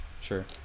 Sure